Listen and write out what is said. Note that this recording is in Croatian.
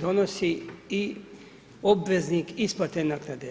donosi i obveznik isplate naknade.